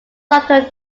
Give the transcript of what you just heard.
subtle